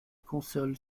console